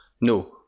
no